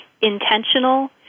intentional